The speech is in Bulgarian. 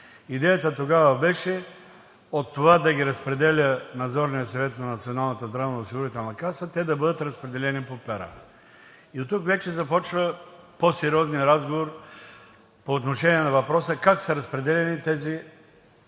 Идеята тогава беше от това да ги разпределя Надзорният съвет на Националната здравноосигурителна каса, те да бъдат разпределени по пера. И оттук вече започва по сериозният разговор по отношение на въпроса как са разпределени тези